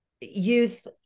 youth